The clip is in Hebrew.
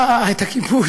אה, את הכיבוש.